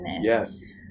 Yes